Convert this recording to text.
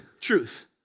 truth